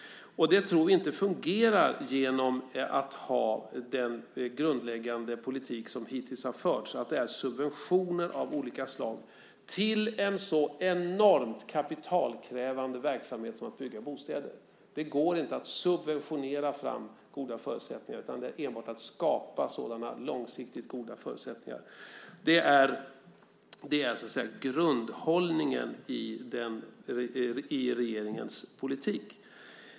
Det tror vi inte fungerar genom att föra den grundläggande politik som hittills har förts, med subventioner av olika slag till en så enormt kapitalkrävande verksamhet som att bygga bostäder. Det går inte att subventionera goda förutsättningar. Det gäller enbart att skapa sådana långsiktigt goda förutsättningar. Det är grundhållningen i regeringens politik.